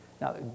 Now